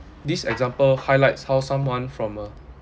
this example highlights how someone from a